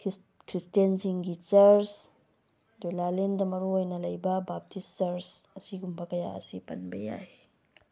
ꯈ꯭ꯔꯤꯁꯇꯦꯟꯁꯤꯡꯒꯤ ꯆꯔꯆ ꯗꯨꯂꯥꯂꯦꯟꯗ ꯃꯔꯨ ꯑꯣꯏꯅ ꯂꯩꯕ ꯕꯞꯇꯤꯁ ꯆꯔꯆ ꯑꯁꯤꯒꯨꯝꯕ ꯀꯌꯥ ꯑꯁꯤ ꯄꯟꯕ ꯌꯥꯏ